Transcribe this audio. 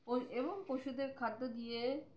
এবং পশুদের খাদ্য দিয়ে